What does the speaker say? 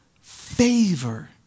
favor